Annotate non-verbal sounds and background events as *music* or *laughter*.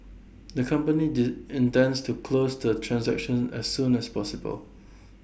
the company *unintelligible* intends to close the transaction as soon as possible